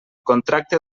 contracte